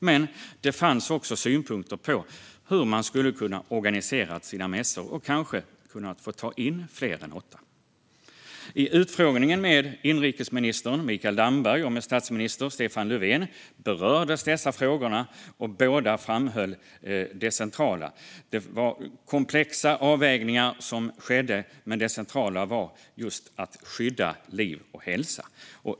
Men det fanns också synpunkter på hur man skulle ha kunnat organisera sina mässor och kanske ha kunnat få ta in fler än åtta. I utfrågningen med inrikesminister Mikael Damberg och med statsminister Stefan Löfven berördes dessa frågor, och båda framhöll det centrala: Det var komplexa avvägningar som skedde, men det centrala var just att skydda liv och hälsa.